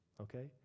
okay